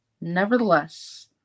Nevertheless